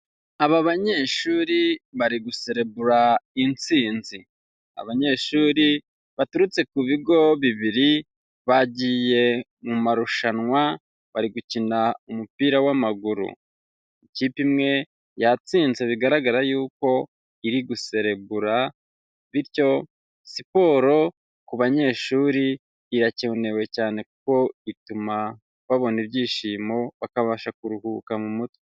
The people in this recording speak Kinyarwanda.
Aba banyeshuri bari guserebura intsinzi. Abanyeshuri baturutse ku bigo bibiri bagiye mu marushanwa, bari gukina umupira w'amaguru. Ikipe imwe yatsinze bigaragara yuko iri guserebura, bityo siporo ku banyeshuri irakenewe cyane kuko ituma babona ibyishimo, bakabasha kuruhuka mu mutwe.